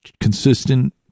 consistent